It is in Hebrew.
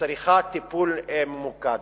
היא מצריכה טיפול ממוקד.